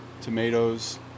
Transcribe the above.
tomatoes